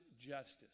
justice